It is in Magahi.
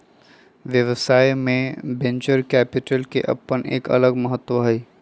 व्यवसाय में वेंचर कैपिटल के अपन एक अलग महत्व हई